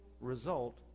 result